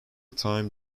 time